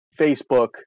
Facebook